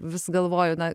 vis galvoju na